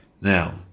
Now